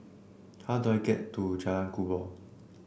how do I get to Jalan Kubor